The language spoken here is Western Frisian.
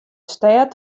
stêd